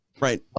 Right